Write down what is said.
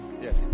Yes